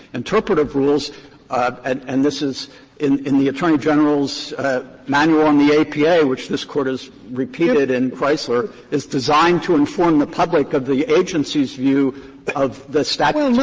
interpretative rules and and this is in in the attorney general's manual on the apa, which this court has repeated in chrysler, is designed to inform the public of the agency's view of the statutes